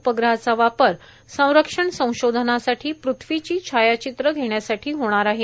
उपग्रहाचा वापर संरक्षण संशोधनासाठी पृथ्वीची छायाचित्रं घेण्यासाठी होणार आहे